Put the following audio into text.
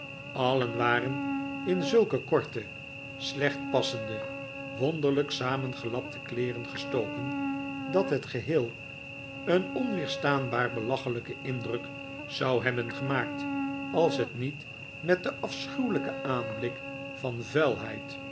allen waren in zulke korte slecht passende wonderlijk samengelapte kleeren gestoken dat het geheel een onweerstaanbaar belachelijken indruk zou hebben gemaakt als het niet met den afschuwelijken aanblik van